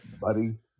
buddy